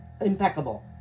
impeccable